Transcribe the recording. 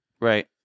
right